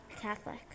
Catholic